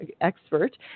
expert